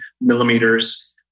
millimeters